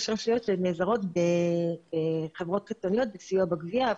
יש רשויות שנעזרות בחברות חיצוניות בסיוע בגבייה,